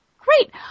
Great